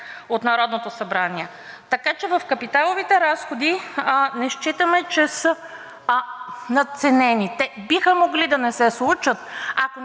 от Народното събрание. Така че в капиталовите разходи не считаме, че са надценени. Те биха могли да не се случат,